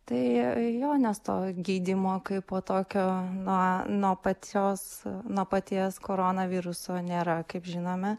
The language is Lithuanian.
tai jo nestojo geidimo kaipo tokio na nuo pačios nuo paties koronaviruso nėra kaip žinome